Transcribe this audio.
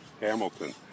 Hamilton